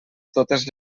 totes